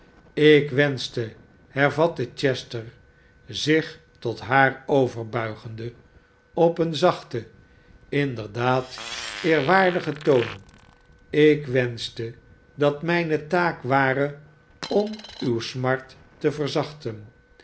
ik wenschte hervatte chester zich tot haar overbuigende op een sachten inderdaad eerwaardigen toon ik wenschte dat mijne taak vare om uwe smart te verzachten